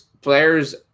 players